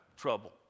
trouble